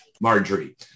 Marjorie